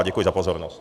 Děkuji za pozornost.